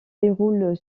déroule